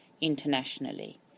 internationally